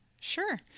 Sure